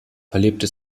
verlebte